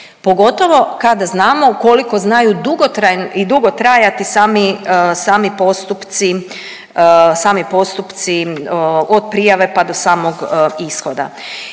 pogotovo kada znamo koliko znaju i dugo trajati sami postupci od prijave pa do samog ishoda.